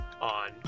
on